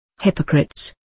Hypocrites